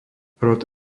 rod